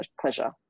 pleasure